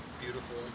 beautiful